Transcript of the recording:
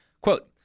Quote